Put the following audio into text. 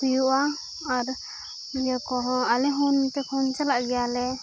ᱦᱩᱭᱩᱜᱼᱟ ᱟᱨ ᱤᱭᱟᱹ ᱠᱚᱦᱚᱸ ᱟᱞᱮ ᱦᱚᱸ ᱱᱚᱛᱮ ᱠᱷᱚᱱ ᱪᱟᱞᱟᱜ ᱜᱮᱭᱟᱞᱮ